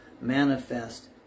manifest